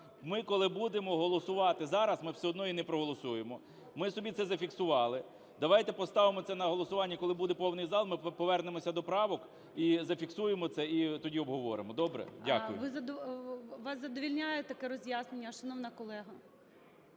Ми коли будемо голосувати зараз, ми все одно її не проголосуємо. Ми собі це зафіксували. Давайте поставимо це на голосування, коли буде повний зал. Ми повернемося до правок і зафіксуємо це, і тоді обговоримо. Добре? Дякую. ГОЛОВУЮЧИЙ. Вас задовольняє таке роз'яснення, шановна колего?